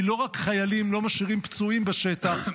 כי לא רק חיילים לא משאירים פצועים בשטח,